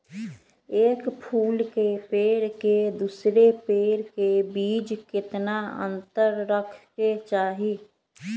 एक फुल के पेड़ के दूसरे पेड़ के बीज केतना अंतर रखके चाहि?